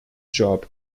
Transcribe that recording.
job